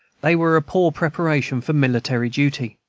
they were a poor preparation for military duty.